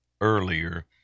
earlier